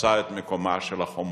תפסה את מקומה של החומרה.